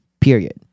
period